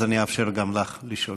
אז אני אאפשר גם לך לשאול.